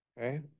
Okay